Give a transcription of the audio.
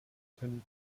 können